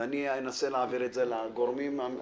ואנסה להעביר את זה לגורמים המטפלים.